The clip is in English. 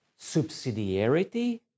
subsidiarity